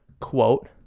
quote